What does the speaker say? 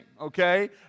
okay